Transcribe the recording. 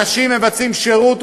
אנשים מבצעים שירות,